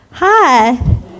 Hi